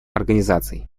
организаций